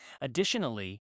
Additionally